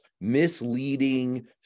misleading